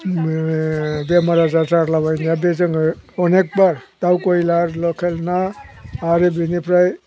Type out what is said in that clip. बेमार आजार जालाबायनाया बे जोङो अनेकबार दाउ बयलार लकेल ना आरो बिनिफ्राय